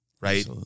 right